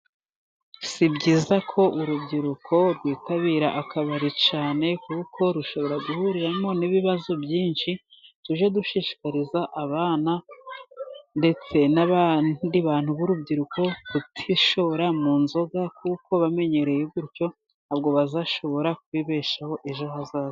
Si byiza ko urubyiruko rwitabira akabari cyane, kuko rushobora guhuriramo n'ibibazo byinshi. Tujye dushishikariza abana ndetse n'abandi bantu b'urubyiruko kutishora mu nzoga, kuko bamenyereye gutyo ntabwo bazashobora kwibeshaho ejo hazaza.